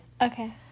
Okay